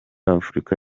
afurika